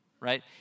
right